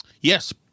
Yes